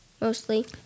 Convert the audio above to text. mostly